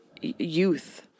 youth